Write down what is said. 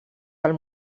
del